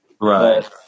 Right